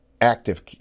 active